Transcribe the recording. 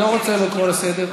אני לא רוצה לקרוא לסדר,